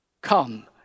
Come